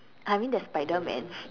I mean there's spiderman